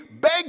beg